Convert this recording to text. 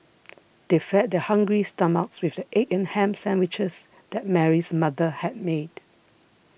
they fed their hungry stomachs with the egg and ham sandwiches that Mary's mother had made